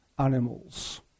animals